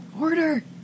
Order